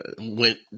went